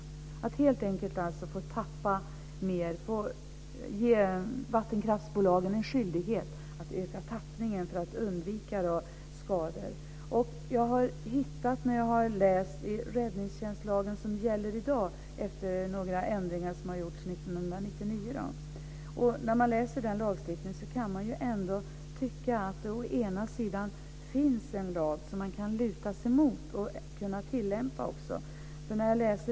Man vill helt enkelt ge vattenkraftsbolagen skyldigheten att öka tappningen för att undvika skador. Jag har läst i den räddningstjänstlag som gäller i dag, efter några ändringar som gjordes 1999. När man läser den lagstiftningen kan man ändå tycka att det finns en lag som man kan luta sig mot och som man också kan tillämpa.